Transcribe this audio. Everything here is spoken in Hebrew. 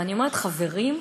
ואני אומרת: חברים,